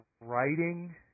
writing